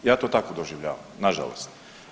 Ja to tako doživljavam nažalost.